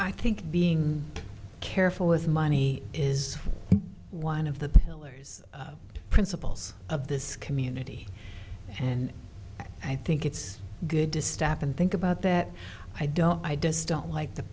i think being careful with money is one of the pillars principles of this community and i think it's good to stop and think about that i don't i just don't like the